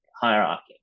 Hierarchy